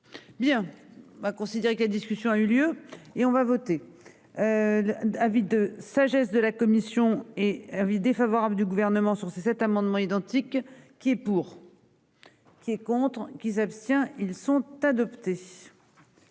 Bien ben considérer que la discussion a eu lieu et on va voter. Avis de sagesse de la commission et avis défavorable du gouvernement sur ces cet amendement identiques qui est pour. Qui est contre qui s'abstient. Ils sont adoptés.--